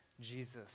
Jesus